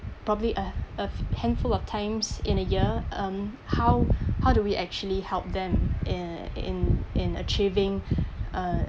probably a a handful of times in a year um how how do we actually help them in in in achieving a